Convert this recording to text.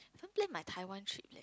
haven't plan my Taiwan trip